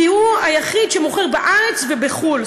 כי הוא היחיד שמוכר בארץ ובחו"ל.